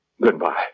goodbye